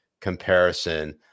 comparison